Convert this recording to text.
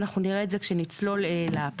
ואנחנו נראה את זה כשאנחנו נצלול לפרטים,